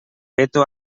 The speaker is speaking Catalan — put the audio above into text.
veto